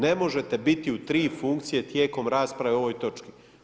Ne možete biti u tri funkcije tijekom rasprave o ovoj točki.